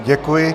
Děkuji.